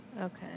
Okay